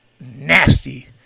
nasty